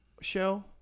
show